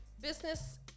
business